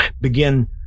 begin